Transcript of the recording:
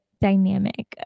dynamic